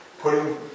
putting